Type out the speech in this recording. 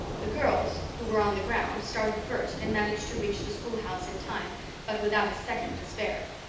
the girls who were on the ground, started first and managed to reach the schoolhouse in time but without a second to spare.